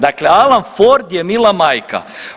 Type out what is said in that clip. Dakle, Alan Ford je mila majka.